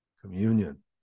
communion